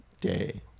day